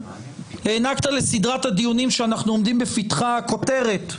הענקת לסדרת הדיונים שאנחנו עומדים בפתחה כותרת,